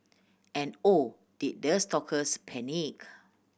and oh did the stalkers panic